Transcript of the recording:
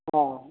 অ'